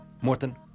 Morten